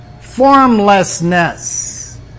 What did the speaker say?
Formlessness